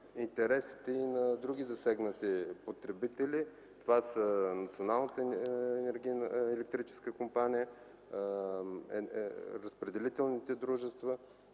интересите и на други засегнати потребители. Това са Националната електрическа компания, разпределителните дружества,